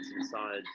inside